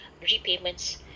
repayments